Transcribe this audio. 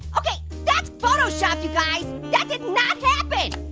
okay, that's photoshopped you guys. that did not happen.